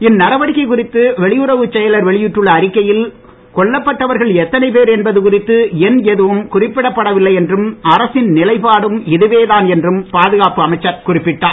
இந்நடவடிக்கை குறித்து வெளியுறவுச் செயலர் வெளியிட்டுள்ள அறிக்கையில் கொல்லப்பட்டவர்கள் எத்தனை பேர் என்பது குறித்து எண் எதுவும் குறிப்பிடப்படவில்லை என்றும் அரசின் நிலைப்பாடும் இதுவேதான் என்றும் பாதுகாப்பு அமைச்சர் குறிப்பிட்டார்